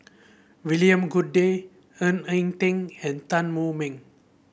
William Goode Ng Eng Teng and Tan Wu Meng